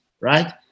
right